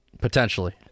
potentially